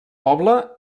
poble